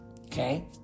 Okay